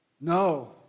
No